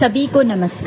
सभी को नमस्कार